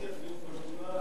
אני יכול להבטיח דיון בשדולה,